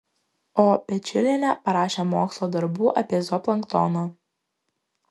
o pečiulienė parašė mokslo darbų apie zooplanktoną